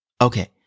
Okay